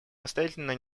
настоятельно